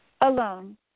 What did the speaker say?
Alone